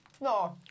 No